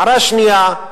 הערה שנייה,